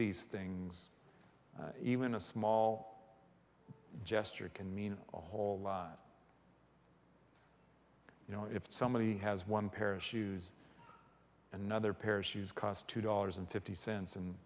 these things even a small gesture can mean a whole lot you know if somebody has one pair of shoes another pair of shoes cost two dollars and fifty